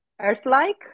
Earth-like